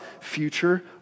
future